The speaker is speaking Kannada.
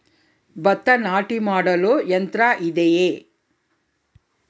ಭತ್ತ ನಾಟಿ ಮಾಡಲು ಯಂತ್ರ ಇದೆಯೇ?